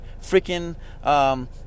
freaking